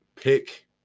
pick